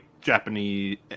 Japanese